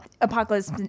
Apocalypse